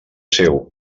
seu